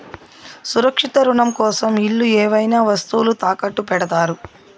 సురక్షిత రుణం కోసం ఇల్లు ఏవైనా వస్తువులు తాకట్టు పెడతారు